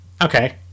Okay